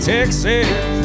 Texas